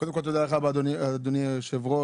תודה לך אדוני היושב-ראש.